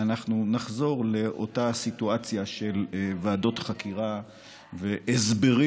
אנחנו נחזור לאותה סיטואציה של ועדות חקירה והסברים.